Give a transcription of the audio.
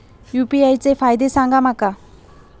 UPI चे फायदे सांगा माका?